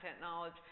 knowledge